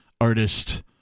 artist